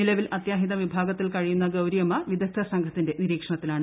നിലവിൽ അത്യാഹിത വിഭാഗത്തിൽ കഴിയുന്ന ഗൌരിയമ്മ വിദഗ്ദ്ധ സംഘത്തിന്റെ നിരീക്ഷത്തിലാണ്